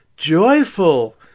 joyful